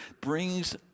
brings